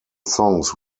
songs